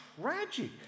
tragic